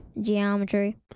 geometry